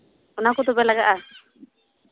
ᱚᱱᱟ ᱠᱚ ᱛᱚᱵᱮ ᱞᱟᱜᱟᱜᱼᱟ